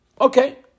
Okay